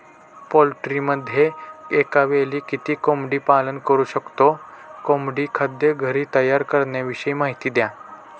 पोल्ट्रीमध्ये एकावेळी किती कोंबडी पालन करु शकतो? कोंबडी खाद्य घरी तयार करण्याविषयी माहिती द्या